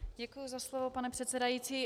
Děkuju za slovo, pane předsedající.